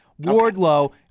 Wardlow